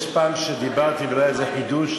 יש פעם שדיברתי ולא היה איזה חידוש?